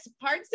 parts